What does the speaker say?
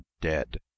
dead